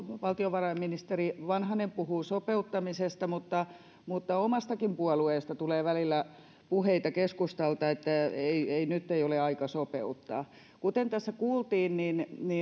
valtiovarainministeri vanhanen puhuu sopeuttamisesta mutta tämän omastakin puolueesta keskustalta tulee välillä puheita että nyt ei ole aikaa sopeuttaa kuten tässä kuultiin